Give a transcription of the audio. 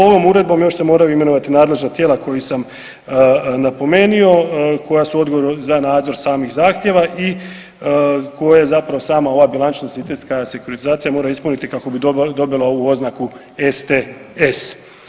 Ovom uredbom još se moraju imenovati nadležna tijela koji sam napomenuo, koja su odgovorna za nadzor samih zahtjeva i koje zapravo sama ova bilančna sintetska sekuritizacija mora ispuniti kako bi dobila ovu oznaku STS.